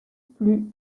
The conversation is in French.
plus